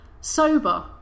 sober